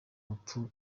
rupfu